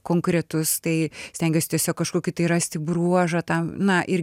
konkretus tai stengiuosi tiesiog kažkokį tai rasti bruožą tą na ir